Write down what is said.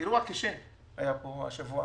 אירוע קשה היה פה השבוע,